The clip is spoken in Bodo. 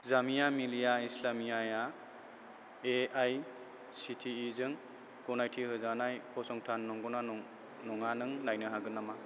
जामिया मिलिया इस्लामियाया एआइसिटिइजों गनायथि होजानाय फसंथान नंगौना नङा नों नायनो हागोन नामा